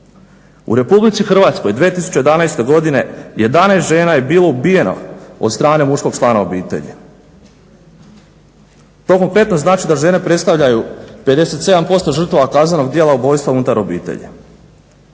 U RH 2011. godine 11 žena bilo je ubijeno od strane muškog člana obitelji. … znači da žene predstavljaju 57% žrtava kaznenog djela ubojstva unutar obitelji.